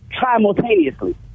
Simultaneously